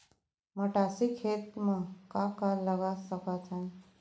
मटासी खेत म का का लगा सकथन?